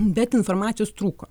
bet informacijos trūko